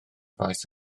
faes